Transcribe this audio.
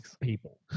people